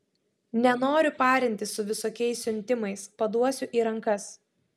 nenoriu parintis su visokiais siuntimais paduosiu į rankas